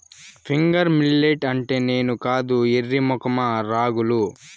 finger millet అంటే నేను కాదు ఎర్రి మొఖమా రాగులు